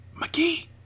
McGee